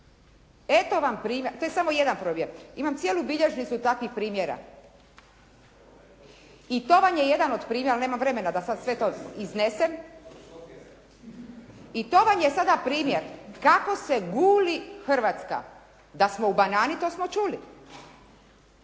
eto vam primjer, to je samo jedan primjer. Imam cijelu bilježnicu takvih primjera. I to vam je jedan od primjera, ali nemam vremena da sve to sada iznesem. I to vam je sada primjer kako se guli Hrvatska. Da smo u banani to smo čuli.